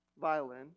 violin